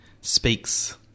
speaks